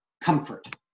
comfort